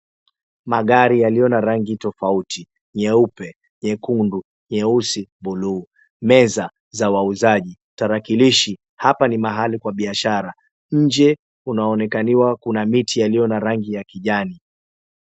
Magari yaliyo na rangi tofauti, nyeupe, nyekundu, nyeusi, buluu. Meza za wauzaji tarakilishi, hapa ni mahali kwa biashara. Nje kunaonekaniwa kuna miti yaliyo na rangi ya kijani.